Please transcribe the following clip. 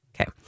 Okay